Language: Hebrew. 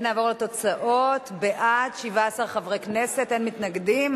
ונעבור לתוצאות: בעד, 17 חברי כנסת, אין מתנגדים.